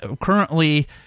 currently